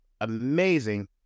amazing